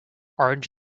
orange